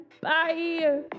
Bye